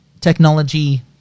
technology